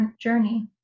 journey